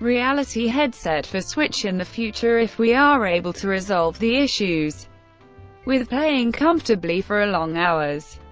reality headset for switch in the future, if we are able to resolve the issues with playing comfortably for ah long hours.